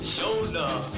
Shoulder